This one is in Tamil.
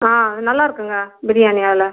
ஆ நல்லாருக்குதுங்க பிரியாணி இல